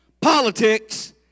politics